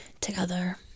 together